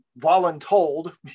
voluntold